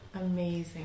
amazing